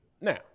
Now